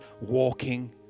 walking